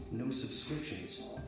no subscriptions.